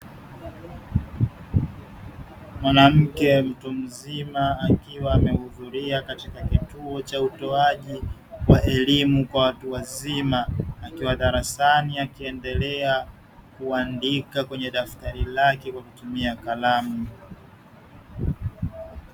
Mwanamke mtu mzima akiwa amehudhuria katika kituo cha utoaji wa elimu kwa watu wazima, akiwa darasani akiendelea kuandika kwenye daftrai lake kwa kutumia kalamu.